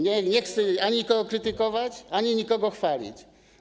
Nie chcę ani nikogo krytykować, ani nikogo chwalić.